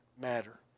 matter